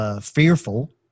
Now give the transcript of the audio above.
fearful